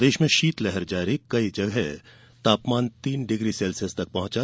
प्रदेश में शीतलहर जारी कई जगह तापमान तीन डिग्री सेल्सियस तक पहॅचा